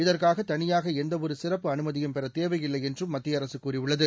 இதற்காக தனியாக எந்தவொரு சிறப்பு அனுமதியும் பெறத் தேவையில்லை என்றும் மத்திய அரசு தெளிவுபடுத்தியுள்ளது